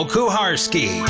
Kuharski